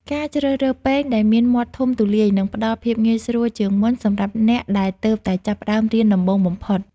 ការជ្រើសរើសពែងដែលមានមាត់ធំទូលាយនឹងផ្តល់ភាពងាយស្រួលជាងមុនសម្រាប់អ្នកដែលទើបតែចាប់ផ្តើមរៀនដំបូងបំផុត។